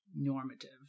Normative